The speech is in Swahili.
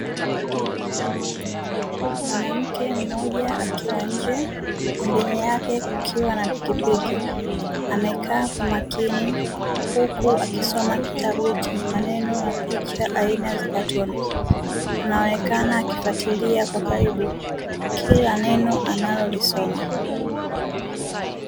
Mwanamke mmoja akiwa nje, pembeni yake kukiwa na pikipiki amekaa kwa makini huku akisoma kitabu chenye maneno na picha aina za katuni, anaonekana akifuatilia kwa karibu kila neno analolisoma.